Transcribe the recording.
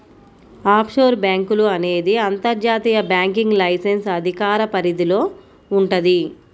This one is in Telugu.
ఆఫ్షోర్ బ్యేంకులు అనేది అంతర్జాతీయ బ్యాంకింగ్ లైసెన్స్ అధికార పరిధిలో వుంటది